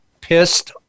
pissed